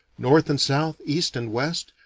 north and south, east and west,